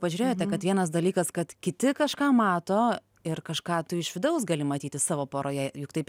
pažiūrėjote kad vienas dalykas kad kiti kažką mato ir kažką tu iš vidaus gali matyti savo poroje juk taip